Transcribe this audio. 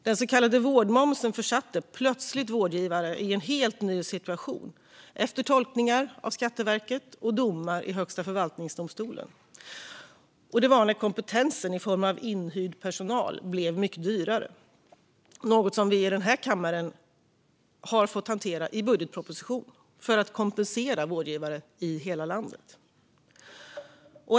Den så kallade vårdmomsen försatte plötsligt vårdgivare i en helt ny situation, efter tolkningar av Skatteverket och domar i Högsta förvaltningsdomstolen. Det var när kompetensen i form av inhyrd personal blev mycket dyrare. Detta är något som vi i denna kammare har fått hantera när det gäller budgetpropositionen, för att kompensera vårdgivare i hela landet.